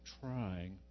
trying